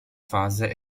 fase